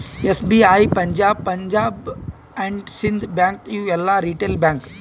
SBI, Punjab, Punjab and Sindh bank ಇವು ಎಲ್ಲಾ retail bank